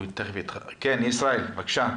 בבקשה ישראל,